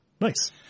Nice